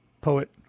poet